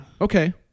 Okay